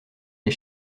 est